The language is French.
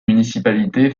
municipalité